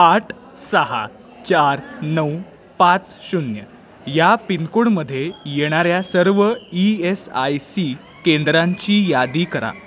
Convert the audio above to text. आठ सहा चार नऊ पाच शून्य या पिनकोडमध्ये येणाऱ्या सर्व ई एस आय सी केंद्रांची यादी करा